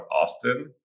Austin